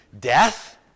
death